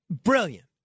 Brilliant